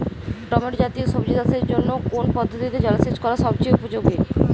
Tomato জাতীয় সবজি চাষের জন্য কোন পদ্ধতিতে জলসেচ করা সবচেয়ে উপযোগী?